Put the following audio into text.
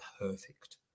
perfect